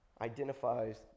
identifies